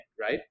right